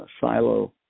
Silo